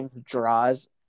Draws